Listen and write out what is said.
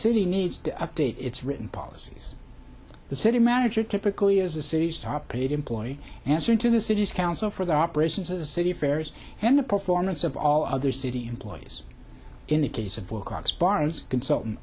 city needs to update its written policies the city manager typically is the city's top paid employee answering to the city's council for their operations as a city affairs and the performance of all other city employees in the case of work on spires consultant